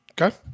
Okay